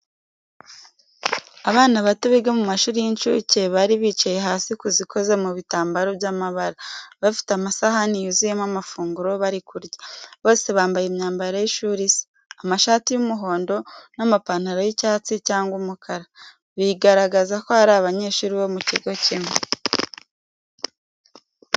Abana bato biga mu mashuri y’incuke bari bicaye hasi ku zikoze mu bitambaro by'amabara, bafite amasahani yuzuyemo amafunguro bari kurya. Bose bambaye imyambaro y’ishuri isa, amashati y’umuhondo n’amapantaro y’icyatsi cyangwa umukara, bigaragaza ko ari abanyeshuri bo mu kigo kimwe.